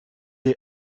est